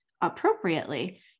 appropriately